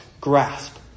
grasp